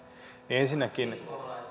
ensinnäkin